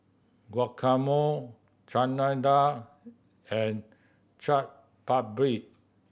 Guacamole Chana Dal and Chaat Papri